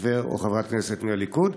חבר או חברת כנסת מהליכוד.